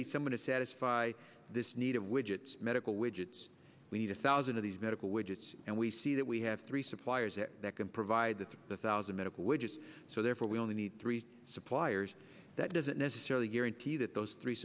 need someone to satisfy this need of widgets medical widgets we need a thousand of these medical widgets and we see that we have three suppliers that can provide the thousand medical widgets so therefore we only need three suppliers that doesn't necessarily guarantee that those three